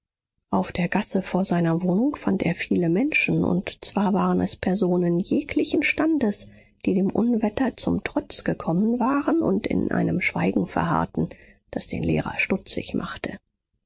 auf der gasse vor seiner wohnung fand er viele menschen und zwar waren es personen jeglichen standes die dem unwetter zum trotz gekommen waren und in einem schweigen verharrten das den lehrer stutzig machte